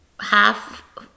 half